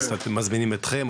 מזמינים אתכם,